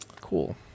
Cool